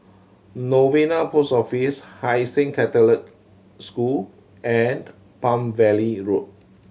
Novena Post Office Hai Sing Catholic School and Palm Valley Road